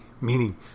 meaning